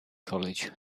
college